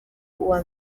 uwa